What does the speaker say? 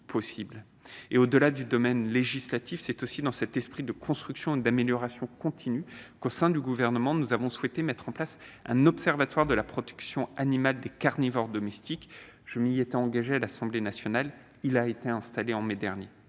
Au-delà du domaine législatif, c'est aussi dans cet esprit de construction et d'amélioration continue qu'au sein du Gouvernement, nous avons souhaité mettre en place un observatoire de la protection animale des carnivores domestiques. Je m'y étais engagé à l'Assemblée nationale. Cet organisme a été installé au mois de